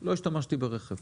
לא השתמשתי ברכב,